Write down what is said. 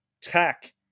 tech